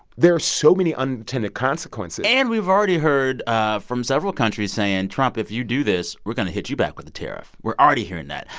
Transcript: there are so many unintended consequences and we've already heard ah from several countries saying, trump, if you do this, we're going to hit you back with a tariff. we're already hearing that.